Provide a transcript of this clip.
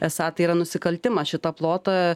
esą tai yra nusikaltimas šitą plotą